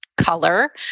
color